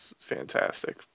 Fantastic